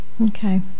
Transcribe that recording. Okay